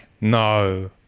No